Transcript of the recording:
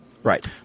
Right